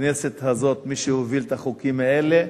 בכנסת הזאת, מי שהוביל את החוקים האלה,